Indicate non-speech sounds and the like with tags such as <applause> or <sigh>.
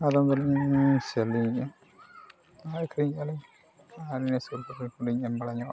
ᱟᱹᱞᱤᱧ ᱫᱚᱞᱤᱧ <unintelligible> ᱟᱨ ᱟᱹᱠᱷᱨᱤᱧᱮᱜᱼᱟ ᱞᱤᱧ ᱟᱨ ᱱᱤᱭᱟᱹ ᱥᱩᱨ ᱠᱚᱨᱮᱱ ᱜᱮᱞᱤᱧ ᱮᱢ ᱵᱟᱲᱟ ᱧᱚᱜ